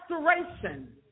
restoration